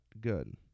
good